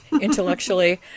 intellectually